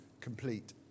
complete